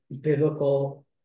biblical